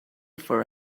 for